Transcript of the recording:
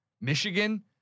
Michigan